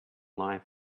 life